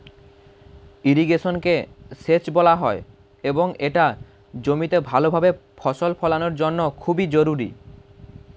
ইরিগেশনকে সেচ বলা হয় এবং এটা জমিতে ভালোভাবে ফসল ফলানোর জন্য খুবই জরুরি